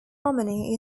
harmony